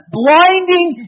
blinding